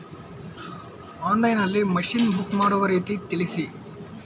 Online ನಲ್ಲಿ machine book ಮಾಡುವ ರೀತಿ ತಿಳಿಸಿ?